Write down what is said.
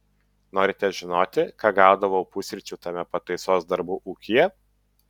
norite žinoti ką gaudavau pusryčių tame pataisos darbų ūkyje